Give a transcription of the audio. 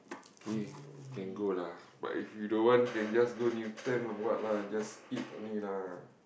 okay we can go lah but if you don't want then just go Newton or what lah just eat only lah